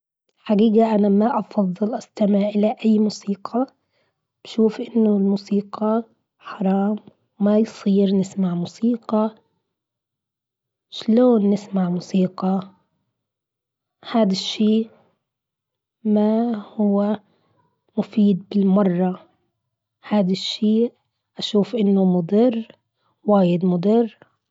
حقيقة أنا ما افضل أستمع إلي أي موسيقى. بشوف أنه الموسيقى حرام ما يصير نسمع موسيقى. شلون نسمع موسيقى? هاد الشي ما هو مفيد بالمرة هاد الشي أشوف أنه مضر وايد مضر.